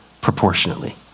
proportionately